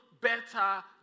better